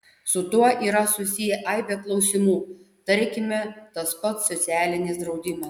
su tuo yra susiję aibė klausimų tarkime tas pats socialinis draudimas